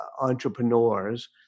entrepreneurs